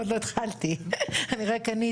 עוד לא התחלתי, אני רק עניתי.